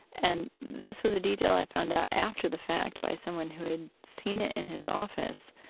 and this was a detail i found out after the fact by someone who had seen it in his office.